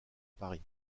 paris